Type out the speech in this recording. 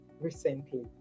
recently